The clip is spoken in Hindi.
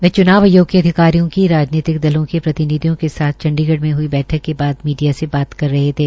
वह च्नाव आयोग के अधिकारियों की राजनीतिक दलों के प्रतिनिधियों के साथ चंडीगढ़ में हई बैठक के बाद मीडिया से बात कर रहे थे